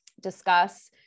discuss